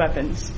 weapons